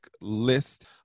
list